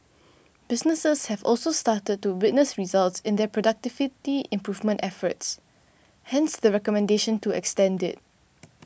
businesses have also started to witness results in their productivity improvement efforts hence the recommendation to extend it